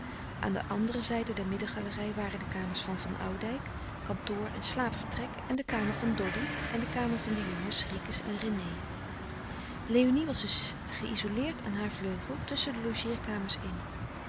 aan de andere zijde der middengalerij waren de kamers van van oudijck kantoor en slaapvertrek en de kamer van doddy en de kamer van de jongens ricus en rené léonie was dus geïzoleerd aan haar vleugel tusschen de logeerkamers in